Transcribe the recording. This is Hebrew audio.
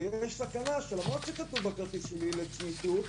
ויש סכנה שלמרות שכתוב בכרטיס לי: לצמיתות,